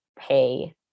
pay